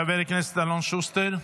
חבר הכנסת אלון שוסטר,